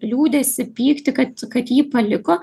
liūdesį pykti kad kad jį paliko